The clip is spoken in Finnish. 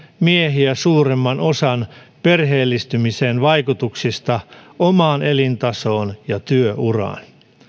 miehiä suuremman osan perheellistymisen vaikutuksista omaan elintasoon ja työuraan